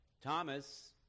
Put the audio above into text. Thomas